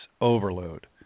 overload